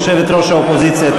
יושבת-ראש האופוזיציה,